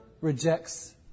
rejects